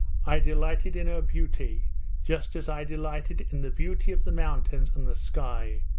i delighted in her beauty just as i delighted in the beauty of the mountains and the sky,